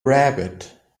rabbit